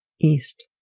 east